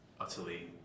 utterly